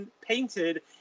painted